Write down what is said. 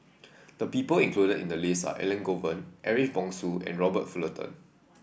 the people included in the list are Elangovan Ariff Bongso and Robert Fullerton